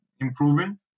improving